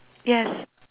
yes